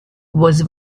was